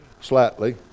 slightly